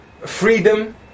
freedom